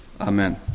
Amen